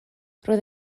roedd